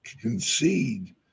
concede